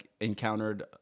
encountered